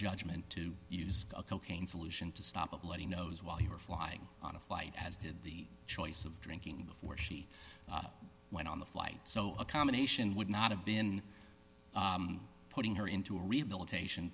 judgment to use a cocaine solution to stop a bloody nose while you were flying on a flight as did the choice of drinking before she went on the flight so a combination would not have been putting her into a real dilatation